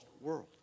world